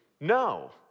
no